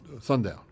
sundown